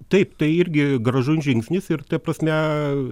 taip tai irgi gražun žingsnis ir ta prasme